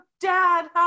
dad